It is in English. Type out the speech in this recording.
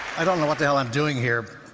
i don't know what the hell i'm doing here.